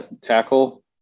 tackle